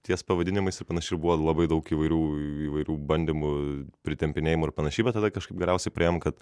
ties pavadinimais ir panašiai ir buvo labai daug įvairių įvairių bandymų pritempinėjimų ir panašiai bet tada kažkaip galiausiai priėjom kad